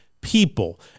people